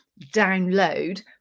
download